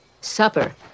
Supper